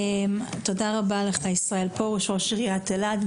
תודה רבה לך, ישראל פרוש, ראש עיריית אלעד.